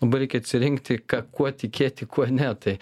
labai reikia atsirinkti ką kuo tikėti kuo ne tai